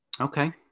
Okay